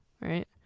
right